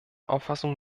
auffassung